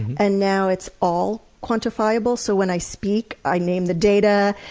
and now it's all quantifiable. so when i speak, i name the data,